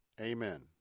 Amen